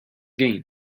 gain